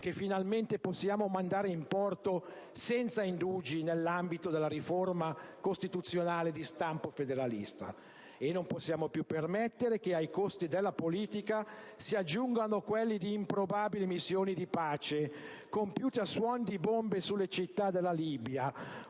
che finalmente possiamo mandare in porto senza indugi nell'ambito della riforma costituzionale di stampo federalista. Non possiamo più permettere che ai costi della politica si aggiungano quelli di improbabili missioni di pace, compiute a suon di bombe sulle città della Libia: